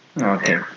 Okay